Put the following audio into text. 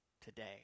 today